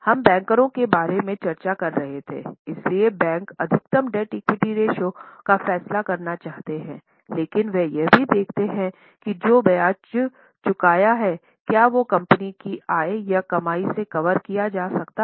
हम बैंकरों के बारे में चर्चा कर रहे थे इसलिए बैंकर अधिकतम डेब्ट इक्विटी रेश्यो का फैसला करना चाहते हैं लेकिन वे यह भी देखते हैं कि जो ब्याज चुकाना है क्या वह कंपनी की आय या कमाई से कवर किया जा सकता है